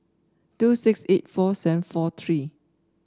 two six eight four seven four three